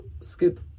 scoop